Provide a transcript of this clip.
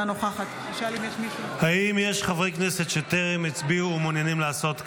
אינה נוכחת האם יש חברי כנסת שטרם הצביעו ומעוניינים לעשות כן?